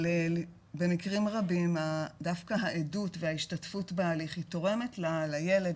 אבל במקרים רבים דווקא העדות והשתתפות בהליך היא תורמת לילד,